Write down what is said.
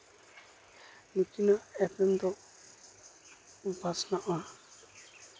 ᱱᱩᱠᱤᱱᱟᱜ ᱮᱯᱮᱢ ᱫᱚ ᱯᱟᱥᱱᱟᱜᱼᱟ